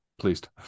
pleased